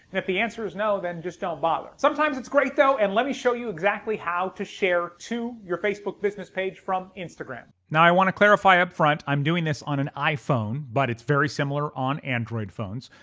if the answer is no then just don't bother. sometimes it's great though and let me show you exactly how to share to your facebook business page from instagram. now i want to clarify up front i'm doing this on an iphone but it's very similar on android phones.